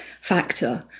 factor